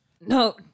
No